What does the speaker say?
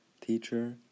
teacher